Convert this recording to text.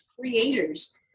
creators